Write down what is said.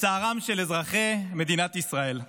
לצערם של אזרחי מדינת ישראל.